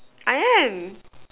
I am